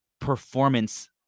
performance